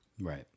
right